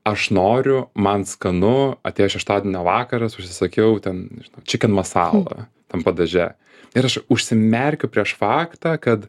aš noriu man skanu atėjo šeštadienio vakaras užsisakiau ten čiken masala tam padaže ir aš užsimerkiu prieš faktą kad